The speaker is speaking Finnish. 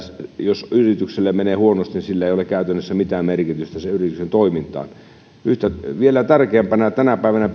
jos yrityksellä menee huonosti niin kahdentuhannenviidensadan euron pääomalla ei ole käytännössä mitään merkitystä sen yrityksen toimintaan vielä tärkeämpänä tänä päivänä